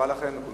אני